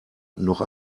noch